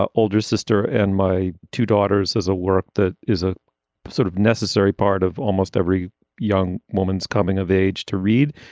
ah older sister and my two daughters as a work that is a sort of necessary part of almost every young woman's coming of age to read.